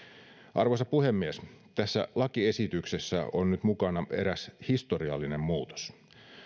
arvoisa puhemies tässä lakiesityksessä on nyt mukana eräs historiallinen muutos